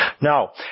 Now